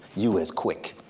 you is quick.